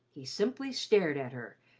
he simply stared at her,